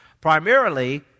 primarily